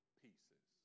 pieces